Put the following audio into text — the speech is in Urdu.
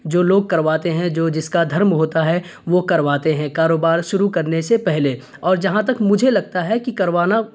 جو لوگ کرواتے ہیں جو جس کا دھرم ہوتا ہے وہ کرواتے ہیں کاروبار شروع کرنے سے پہلے اور جہاں تک مجھے لگتا ہے کہ کروانا